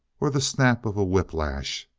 or the snap of a whiplash,